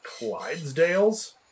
Clydesdales